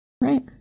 Right